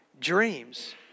dreams